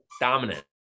Dominant